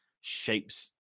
shapes